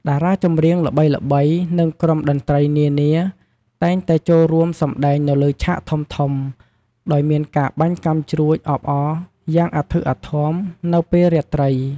តារាចម្រៀងល្បីៗ និងក្រុមតន្ត្រីនានា តែងតែចូលរួមសំដែងនៅលើឆាកធំៗ ដោយមានការបាញ់កាំជ្រួចអបអរយ៉ាងអធិកអធមនៅពេលរាត្រី។